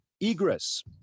Egress